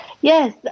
Yes